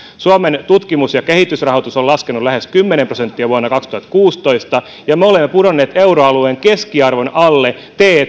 suomen tutkimus ja kehitysrahoitus on laskenut lähes kymmenen prosenttia vuonna kaksituhattakuusitoista ja me olemme pudonneet euroalueen keskiarvon alle